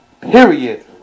period